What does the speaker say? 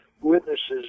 witnesses